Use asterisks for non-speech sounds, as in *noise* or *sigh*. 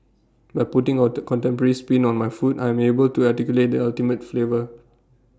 by putting *unintelligible* contemporary spin on my food I am able to articulate the ultimate flavour